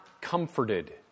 comforted